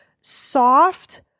soft